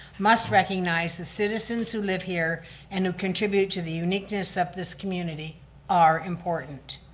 must recognize the citizens who live here and who contribute to the uniqueness of this community are important.